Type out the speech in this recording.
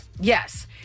Yes